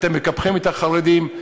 אתם מקפחים את החרדים,